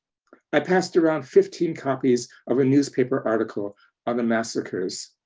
i passed around fifteen copies of a newspaper article on the massacres.